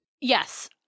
Yes